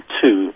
two